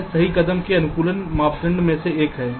यह सही कदम में अनुकूलन मानदंड में से एक है